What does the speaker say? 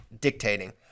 dictating